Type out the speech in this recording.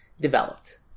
developed